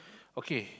okay